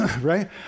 right